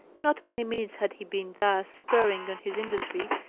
not many minutes had he been thus spurring on his industry,